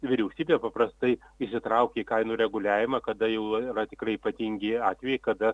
vyriausybė paprastai įsitraukia į kainų reguliavimą kada jau yra tikrai ypatingi atvejai kada